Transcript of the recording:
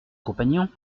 compagnon